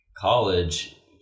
College